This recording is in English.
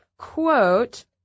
quote